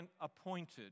appointed